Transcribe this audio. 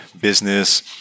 business